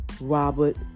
Robert